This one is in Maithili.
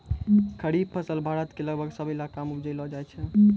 खरीफ फसल भारत के लगभग सब इलाका मॅ उपजैलो जाय छै